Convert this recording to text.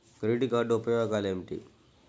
Credit card ఉపయోగాలు ఏమిటి?